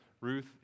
Ruth